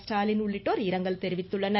ஸ்டாலின் உள்ளிட்டோர் இரங்கல் தெரிவித்துள்ளனர்